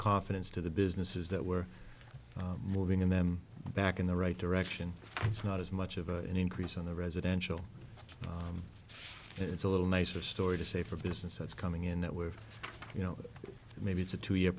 confidence to the businesses that were moving them back in the right direction it's not as much of an increase on the residential it's a little nicer story to say for a business that's coming in that with you know maybe it's a two year